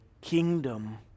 kingdom